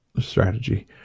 strategy